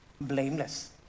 blameless